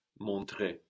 montrer